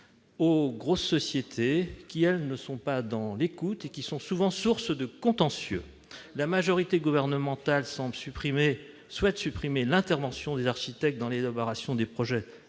aux grosses sociétés, qui ne sont pas dans l'écoute et qui sont, souvent, à l'origine de contentieux. La majorité gouvernementale souhaite supprimer l'intervention des architectes dans les opérations des projets